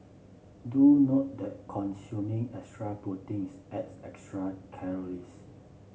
do note that consuming extra proteins adds extra calories